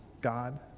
God